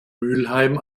mülheim